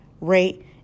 rate